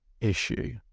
issue